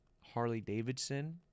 Harley-Davidson